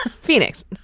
Phoenix